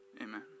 amen